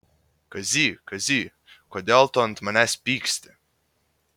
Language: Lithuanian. kazy kazy kodėl tu ant manęs pyksti